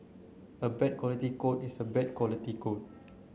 a bad quality code is a bad quality code